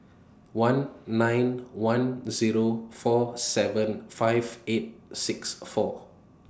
one nine one Zero four seven five eight six four